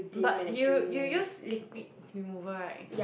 but you you use liquid remover [right]